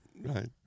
right